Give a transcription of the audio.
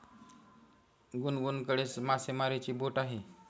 गुनगुनकडे मासेमारीची बोट आहे